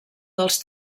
dels